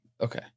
Okay